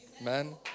man